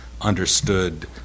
understood